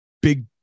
big